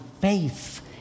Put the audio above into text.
faith